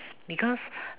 because